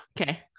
Okay